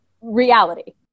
reality